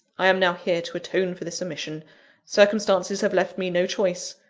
i am now here to atone for this omission circumstances have left me no choice.